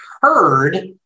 heard